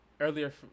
earlier